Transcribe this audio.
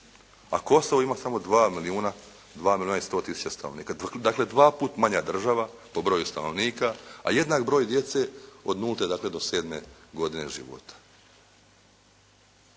a Kosovo ima samo 2 milijuna i 100 tisuća stanovnika. Dakle, dva puta manja država po broju stanovnika, a jednak broj djece od nulte dakle do sedme godine života.